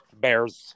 Bears